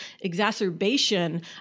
exacerbation